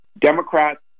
Democrats